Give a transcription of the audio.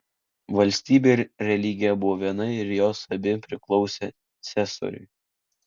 valstybė ir religija buvo viena ir jos abi priklausė ciesoriui